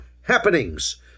happenings